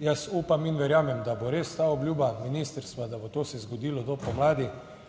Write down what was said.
Jaz upam in verjamem, da bo res ta obljuba ministrstva, da bo to se zgodilo do pomladi,